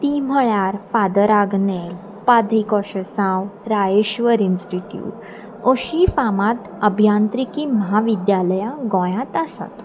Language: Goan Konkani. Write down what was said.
ती म्हळ्यार फादर आग्नेल पाद्रे कोशसांव रायश्वर इंस्टिट्यूट अशी फामाद अभियांत्रिकी महाविद्यालयां गोंयांत आसात